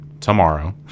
tomorrow